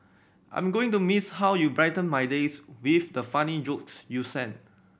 I'm going to miss how you brighten my days with the funny jokes you sent